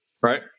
right